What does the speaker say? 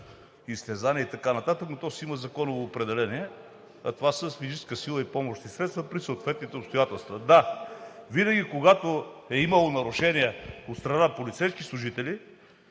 „изтезание“ и така нататък, но то си има законово определение, а това са „физическа сила и помощни средства“ при съответните обстоятелства. Да, винаги когато е имало нарушения от страна на полицейски служители,